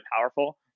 powerful